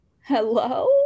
Hello